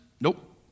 Nope